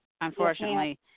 unfortunately